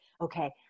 okay